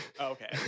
Okay